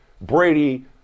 Brady